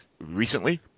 recently